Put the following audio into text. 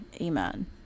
Amen